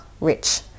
rich